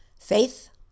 faith